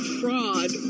fraud